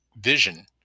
vision